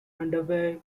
underwear